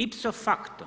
Ipso facto